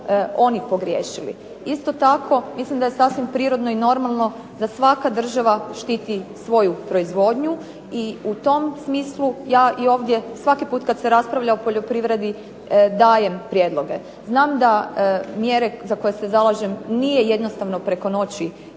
oni pogriješili. Isto tako, mislim da je sasvim prirodno i normalno da svaka država štiti svoju proizvodnju i u tom smislu ja i ovdje svaki put kad se raspravlja o poljoprivredi dajem prijedloge. Znam da mjere za koje se zalažem nije jednostavno preko noći